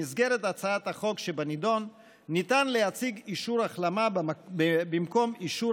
במסגרת הצעת החוק שבנדון ניתן להציג אישור החלמה במקום אישור